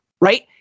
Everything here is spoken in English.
Right